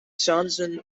johnson